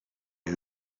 who